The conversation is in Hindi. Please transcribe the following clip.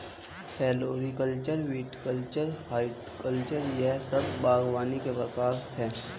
फ्लोरीकल्चर, विटीकल्चर, हॉर्टिकल्चर यह सब बागवानी के प्रकार है